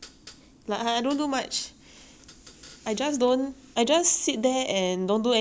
I just don't I just sit there and don't do anything and then !yay! I become skinny